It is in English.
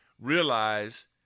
realize